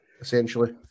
essentially